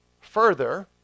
further